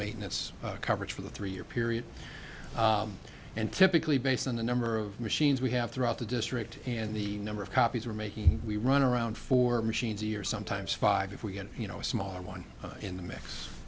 maintenance coverage for the three year period and typically based on the number of machines we have throughout the district and the number of copies are making we run around four machines a year sometimes five if we get you know a smaller one in the